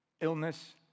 Illness